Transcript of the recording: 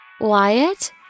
Wyatt